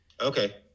Okay